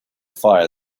fire